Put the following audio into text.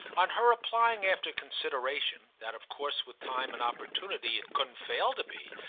on her replying after consideration, that of course with time and opportunity it couldn't fail to be,